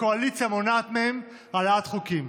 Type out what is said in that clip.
הקואליציה מונעת מהם העלאת חוקים.